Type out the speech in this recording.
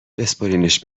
بسپرینش